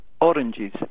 oranges